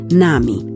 nami